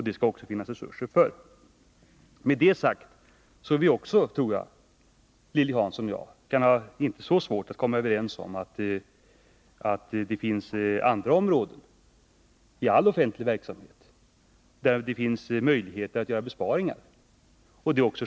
Det skall också finnas resurser för detta. Jag tror att Lilly Hansson och jag, när detta sagts, inte behöver ha svårt att komma överens om att det finns områden i all offentlig verksamhet där det finns möjlighet att göra besparingar.